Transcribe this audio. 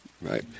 Right